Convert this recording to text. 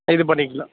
இது பண்ணிக்கலாம்